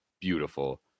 beautiful